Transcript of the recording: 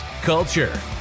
culture